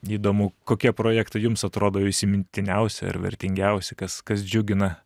įdomu kokie projektai jums atrodo įsimintiniausi ir vertingiausi kas kas džiugina